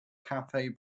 cafe